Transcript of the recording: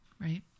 right